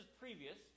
previous